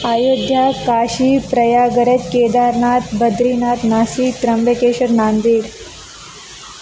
Ayodhya Kashi Prayagraj Kedarnath Badrinath Nashik Trimbakeshwar Nanded